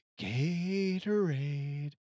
Gatorade